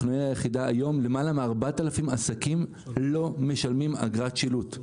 אנחנו העיר היחידה היום למעלה מ-4000 עסקים לא משלמים אגרת שילוט.